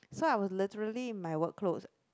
so I was literally in my work clothes